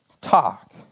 talk